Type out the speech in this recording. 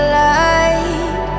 light